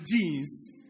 jeans